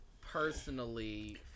personally